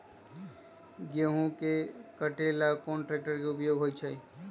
गेंहू के कटे ला कोंन ट्रेक्टर के उपयोग होइ छई?